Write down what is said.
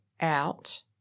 out